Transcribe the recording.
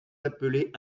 appelez